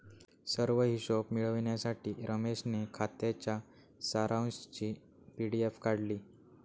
सर्व हिशोब मिळविण्यासाठी रमेशने खात्याच्या सारांशची पी.डी.एफ काढली